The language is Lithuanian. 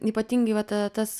ypatingai va ta tas